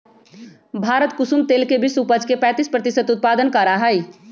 भारत कुसुम तेल के विश्व उपज के पैंतीस प्रतिशत उत्पादन करा हई